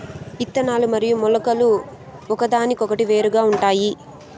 ఇత్తనాలు మరియు మొలకలు ఒకదానికొకటి వేరుగా ఉంటాయి